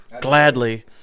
gladly